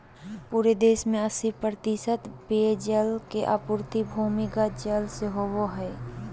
पूरे देश में अस्सी पचासी प्रतिशत पेयजल के आपूर्ति भूमिगत जल से होबय हइ